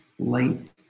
Light